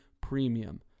premium